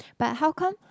but how come